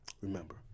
remember